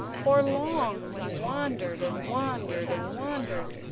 for long he wandered, and wandered, and wandered,